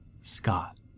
Scott